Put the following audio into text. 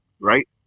right